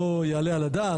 לא יעלה על הדעת,